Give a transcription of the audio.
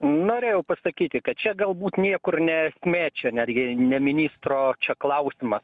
norėjau pasakyti kad čia galbūt niekur ne esmė čia netgi ne ministro čia klausimas